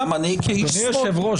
גם אני כאיש שמאל --- אדוני היושב-ראש,